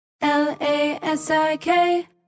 l-a-s-i-k